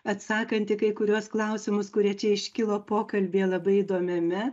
atsakant į kai kuriuos klausimus kurie čia iškilo pokalbyje labai įdomiame